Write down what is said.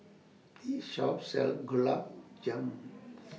This Shop sells Gulab Jamun